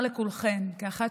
מהוות,